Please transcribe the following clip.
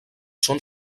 són